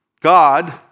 God